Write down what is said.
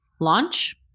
launch